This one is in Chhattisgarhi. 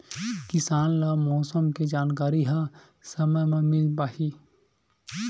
किसान ल मौसम के जानकारी ह समय म मिल पाही?